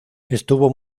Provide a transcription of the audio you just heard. estuvo